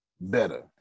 better